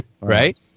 right